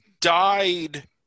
died